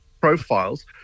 profiles